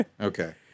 Okay